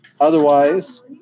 Otherwise